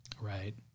Right